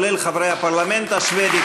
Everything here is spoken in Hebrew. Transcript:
כולל חברי הפרלמנט השבדי,